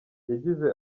yagize